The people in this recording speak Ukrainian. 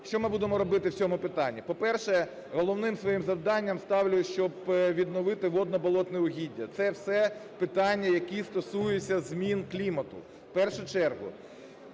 що ми будемо робити в цьому питанні. По-перше, головним своїм завданням ставлю, щоб відновити водно-болотні угіддя. Це все питання, які стосуються змін клімату. В першу чергу